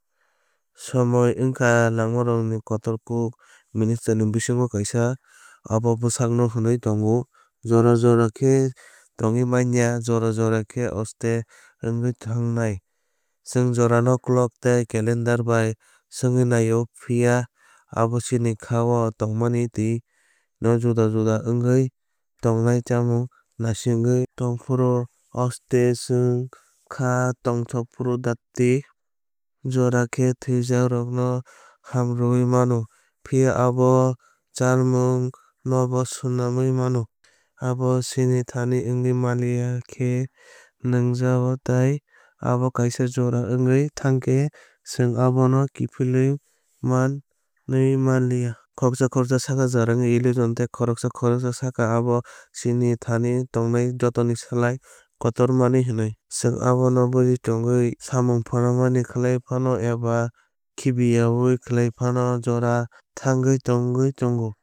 Somoi wngkha langmani kotorkuk misterirokni bisingo kaisa obo bwskango hinwui tongo. Jora jora khe tongwui man ya jora jora khe auste wngwui thangnai. Chwng jora no clock tei calendar bai swngwi naio. Phiya abo chini khá o tongmani tẃi no juda juda wngwi tongnai chamung naisingwi tong phuru auste chwng khá tongthok phuru dati. Jora khe thwijakrokno hamrwwi mano phiya abo chalmung nobo swnamwi mano. Abo chini thani wngwui manliya khe nwngjao tei abo kaisa jora wngwi thangkhe chwng abono kiphilwi manwi manliya. Khoroksa khoroksa sakha jora wngkha illusion tei khoroksa khoroksa sakha abo chini thani tongnai jotoni slai kotor manwi hwnwi. Chwng abono buj thumwi samung phanangmani khlai phano eba khibiya oui khlai phano jora thwngwi tongwi tongo.